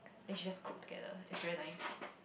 then she just cook together it's really nice